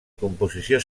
composició